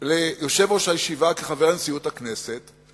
אל יושב-ראש הישיבה, כחבר נשיאות הכנסת,